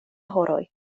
horoj